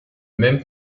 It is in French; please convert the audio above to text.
même